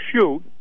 shoot